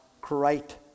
great